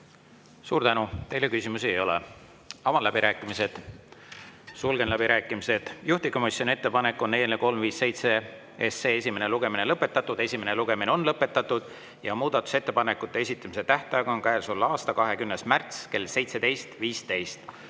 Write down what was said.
Suur tänu! Teile küsimusi ei ole. Avan läbirääkimised. Sulgen läbirääkimised. Juhtivkomisjoni ettepanek on eelnõu 357 esimene lugemine lõpetada. Esimene lugemine on lõpetatud. Muudatusettepanekute esitamise tähtaeg on käesoleva aasta 20. märts kell 17.15.